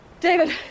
David